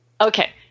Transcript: Okay